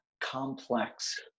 complex